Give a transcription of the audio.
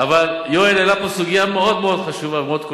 יואל העלה סוגיה מאוד חשובה ומאוד כואבת,